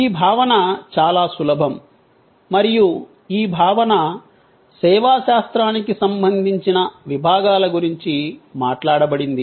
ఈ భావన చాలా సులభం మరియు ఈ భావన సేవా శాస్త్రానికి సంబంధించిన విభాగాల గురించి మాట్లాడబడింది